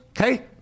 Okay